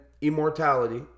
immortality